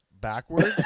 backwards